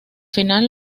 final